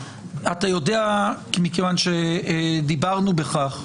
אתה יודע, מכיוון שדיברנו בכך,